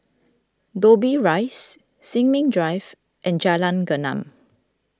Dobbie Rise Sin Ming Drive and Jalan Gelam